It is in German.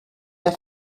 der